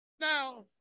Now